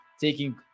taking